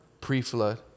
Pre-flood